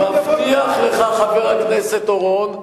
אני מבטיח לך, חבר הכנסת אורון,